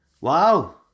Wow